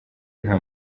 nta